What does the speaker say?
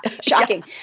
shocking